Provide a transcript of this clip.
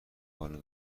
حالو